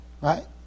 right